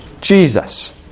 Jesus